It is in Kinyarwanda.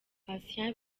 patient